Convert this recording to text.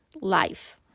life